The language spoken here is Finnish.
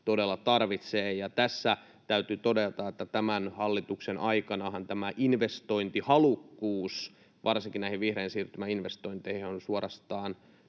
todella tarvitsee. Tässä täytyy todeta, että tämän hallituksen aikanahan tämä investointihalukkuus varsinkin näihin vihreän siirtymän investointeihin on suorastaan